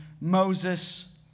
Moses